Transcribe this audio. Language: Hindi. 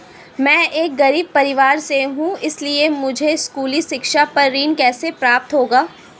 मैं एक गरीब परिवार से हूं इसलिए मुझे स्कूली शिक्षा पर ऋण कैसे प्राप्त होगा?